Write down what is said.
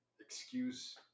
excuse